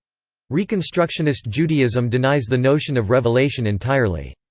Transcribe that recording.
reconstructionist judaism denies the notion of revelation entirely.